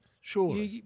Sure